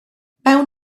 mewn